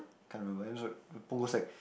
can't remember eh sorry Punggol sec